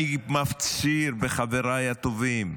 אני מפציר בחבריי הטובים,